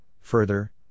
further